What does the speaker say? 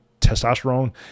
testosterone